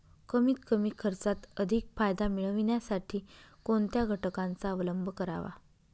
कमीत कमी खर्चात अधिक फायदा मिळविण्यासाठी कोणत्या घटकांचा अवलंब करावा?